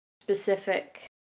specific